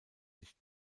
nicht